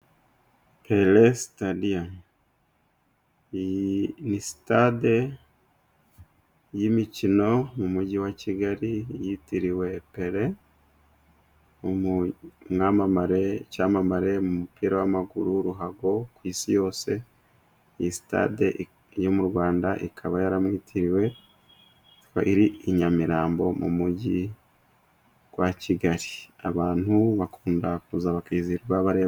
Pelesitadiya iyi ni sitade y'imikino mu mujyi wa Kigali yitiriwe Pele , w'icyamamare mu mupira w'amaguru ruhago ku isi yose. Iyi sitade yo mu Rwanda ikaba yaramwitiriwe , akaba iri i Nyamirambo mu mujyi wa Kigali. abantu bakunda kuza bakizihirwa bareba.